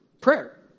prayer